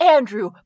Andrew